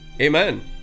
Amen